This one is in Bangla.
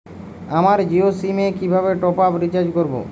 আমার জিও সিম এ কিভাবে টপ আপ রিচার্জ করবো?